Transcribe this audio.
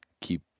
keep